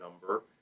number